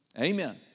Amen